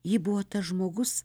ji buvo tas žmogus